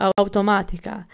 automatica